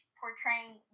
portraying